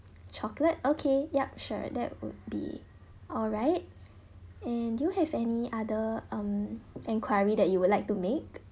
chocolate okay yup sure that would be alright and do you have any other um enquiry that you would like to make